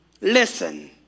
Listen